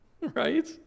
right